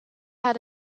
had